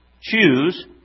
choose